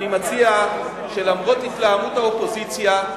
אני מציע שלמרות התלהמות האופוזיציה,